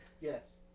yes